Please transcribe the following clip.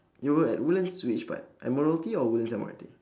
you were at woodlands which part admiralty or woodlands M_R_T